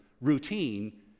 routine